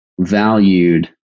valued